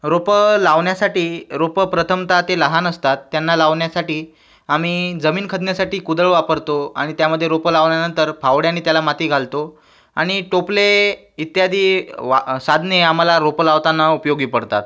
रोपं लावण्यासाठी रोपं प्रथमतः ते लहान असतात त्यांना लावण्यासाठी आम्ही जमीन खदण्यासाठी कुदळ वापरतो आणि त्यामध्ये रोप लावल्यानंतर फावड्यांनी त्याला माती घालतो आणि टोपले इत्यादि वा साधने आम्हाला रोपं लावताना उपयोगी पडतात